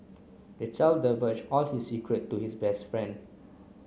the child divulged all his secret to his best friend